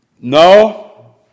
No